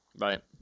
right